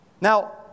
Now